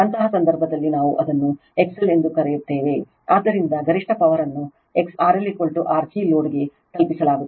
ಅಂತಹ ಸಂದರ್ಭದಲ್ಲಿ ನಾವು ಅದನ್ನು XL ಎಂದು ಕರೆಯುತ್ತೇವೆ ಆದ್ದರಿಂದ ಗರಿಷ್ಠ ಪವರನ್ನು RLR g ಲೋಡ್ಗೆ ತಲುಪಿಸಲಾಗುತ್ತದೆ